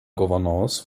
governance